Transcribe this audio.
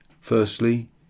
Firstly